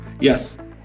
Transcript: Yes